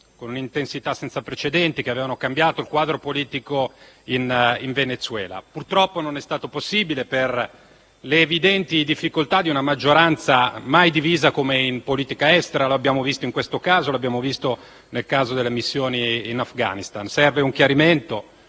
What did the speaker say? con un'intensità senza precedenti e che avevano cambiato il quadro politico in Venezuela. Purtroppo non è stato possibile per le evidenti difficoltà di una maggioranza mai divisa come in politica estera: lo abbiamo visto in questo caso, così come nel caso delle missioni in Afghanistan. Serve un chiarimento